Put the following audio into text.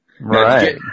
Right